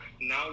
now